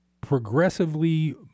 progressively